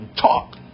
talk